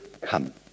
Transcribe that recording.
come